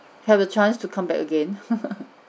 have a chance to come back again